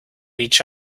each